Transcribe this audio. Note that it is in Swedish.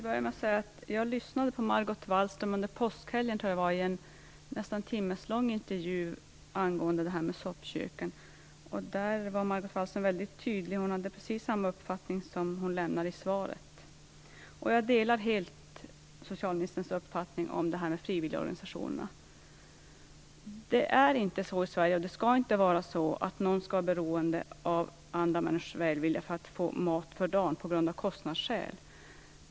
Fru talman! Jag lyssnade på Margot Wallström under påskhelgen i en nästan timslång intervju angående soppköken. Då var Margot Wallström väldigt tydlig - hon hade precis samma uppfattning som hon har meddelat i svaret. Jag delar helt hennes uppfattning om frivilligorganisationerna. Det är inte, och det skall inte vara, så i Sverige att någon av kostnadsskäl skall vara beroende av andra människors välvilja för att få mat för dagen.